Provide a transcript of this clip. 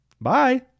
bye